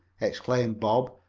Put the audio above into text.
exclaimed bob,